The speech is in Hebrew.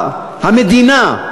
המדינה,